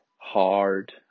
hard